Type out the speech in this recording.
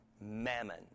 Mammon